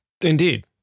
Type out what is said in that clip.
Indeed